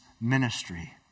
ministry